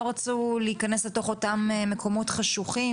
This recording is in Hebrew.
לא רצו להיכנס לתוך אותם מקומות חשוכים,